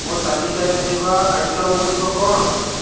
ମୋ ତାଲିକାରେ ଥିବା ଆଇଟମଗୁଡ଼ିକ କ'ଣ